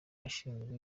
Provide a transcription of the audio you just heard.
ashinzwe